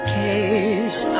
case